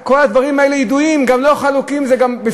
כל הדברים האלה ידועים, גם לא חולקים לגביהם.